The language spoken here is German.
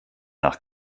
nach